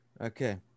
Okay